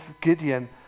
Gideon